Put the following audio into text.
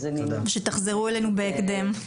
שתחזרו אלינו בהקדם.